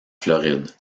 floride